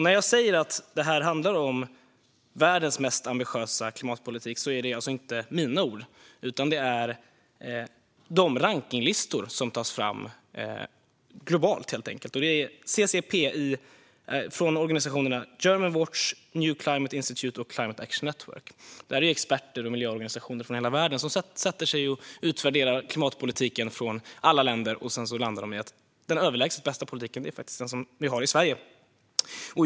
När jag säger att vi har världens mest ambitiösa klimatpolitik är det inte mina ord, utan det kommer från de rankningslistor som tas fram globalt. Det är CCPI från organisationerna Germanwatch, Newclimate Institute och Climate Action Network. Det är experter och miljöorganisationer från hela världen som har utvärderat klimatpolitiken i alla länder och landat i att den överlägset bästa politiken är den vi har i Sverige.